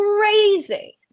crazy